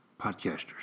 Podcasters